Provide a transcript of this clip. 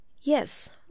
Yes